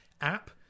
app